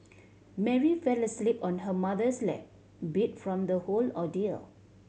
Mary fell asleep on her mother's lap beat from the whole ordeal